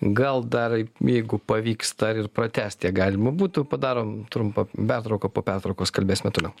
gal dar jeigu pavyksta ir pratęst ją galima būtų padarom trumpą pertrauką po pertraukos kalbėsime toliau